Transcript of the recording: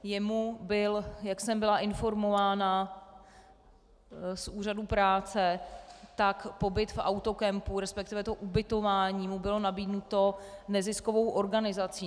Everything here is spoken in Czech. Jemu byl, jak jsem byla informována z úřadu práce, pobyt v autokempu, respektive to ubytování mu bylo nabídnuto neziskovou organizací.